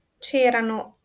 c'erano